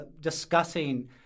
discussing